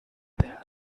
there